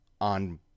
on